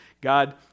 God